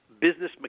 business